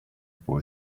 boy